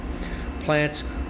plants